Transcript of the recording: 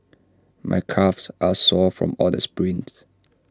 my calves are sore from all the sprints